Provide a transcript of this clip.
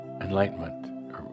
enlightenment